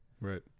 Right